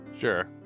Sure